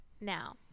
now